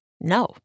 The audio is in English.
no